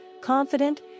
confident